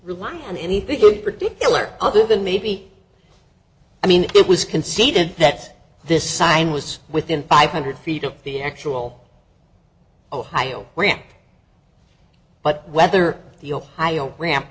rely on anything to particular other than maybe i mean it was conceded that this sign was within five hundred feet of the actual ohio ranch but whether the ohio ramp